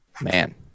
Man